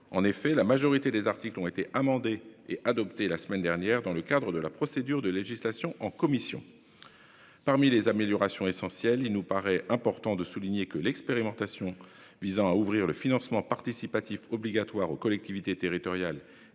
du texte. La majorité des articles ont été amendés et adoptés la semaine dernière, dans le cadre de la procédure de législation en commission. Parmi les améliorations essentielles, il nous paraît important de souligner que, l'expérimentation visant à ouvrir le financement participatif obligatoire aux collectivités territoriales